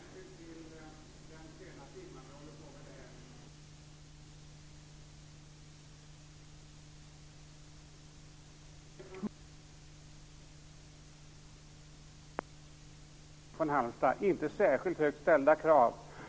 Fru talman! Jag tycker inte att informationen från Halmstad motsvarat särskilt högt ställda krav.